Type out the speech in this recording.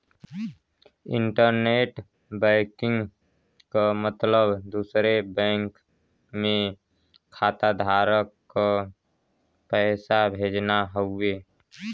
internet banking क मतलब दूसरे बैंक में खाताधारक क पैसा भेजना हउवे